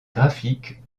graphique